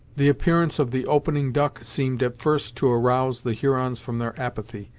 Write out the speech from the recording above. the appearance of the opening duck seemed first to arouse the hurons from their apathy,